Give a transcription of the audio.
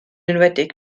enwedig